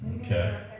Okay